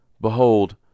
behold